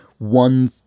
One